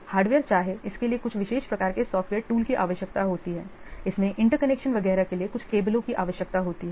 hardware चाहे इसके लिए कुछ विशेष प्रकार के सॉफ़्टवेयर टूल की आवश्यकता होती है इसमें इंटरकनेक्शन वगैरह के लिए कुछ केबलों की आवश्यकता होती है